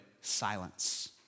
silence